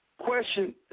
question